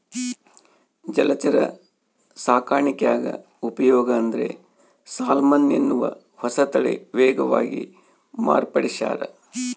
ಜಲಚರ ಸಾಕಾಣಿಕ್ಯಾಗ ಉಪಯೋಗ ಅಂದ್ರೆ ಸಾಲ್ಮನ್ ಎನ್ನುವ ಹೊಸತಳಿ ವೇಗವಾಗಿ ಮಾರ್ಪಡಿಸ್ಯಾರ